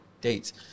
dates